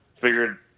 figured